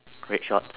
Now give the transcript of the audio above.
red shorts